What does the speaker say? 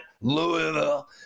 Louisville